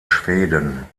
schweden